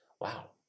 wow